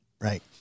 Right